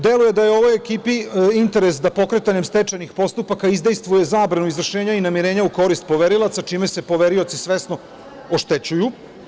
Deluje da je ovoj ekipi interes da pokretanjem stečajnih postupaka izdejstvuje zabranu izvršenja i namirenja u korist poverilaca, čime se poverioci svesno oštećuju.